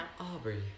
Aubrey